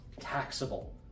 taxable